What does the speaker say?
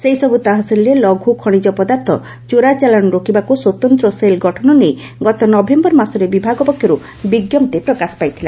ସେହିସବୁ ତହସିଲରେ ଲଘୁ ଖଣିଜ ପଦାର୍ଥ ଚୋରା ଚାଲାଣ ରୋକିବାକୁ ସ୍ୱତନ୍ତ ସେଲ୍ ଗଠନ ନେଇ ଗତ ନଭେମ୍ବର ମାସରେ ବିଭାଗ ପକ୍ଷରୁ ବିଙ୍କପ୍ତି ପ୍ରକାଶ ପାଇଥିଲା